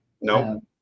No